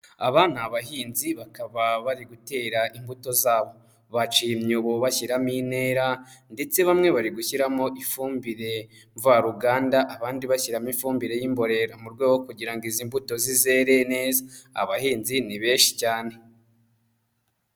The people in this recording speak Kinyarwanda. Aba ni abahinzi bakaba bari gutera imbuto zabo. Baciye imyobo bashyiramo intera ndetse bamwe bari gushyiramo ifumbire mvaruganda, abandi bashyiramo ifumbire y'imborera mu rwego kugira ngo izi mbuto zizere neza. Abahinzi ni benshi cyane.